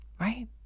Right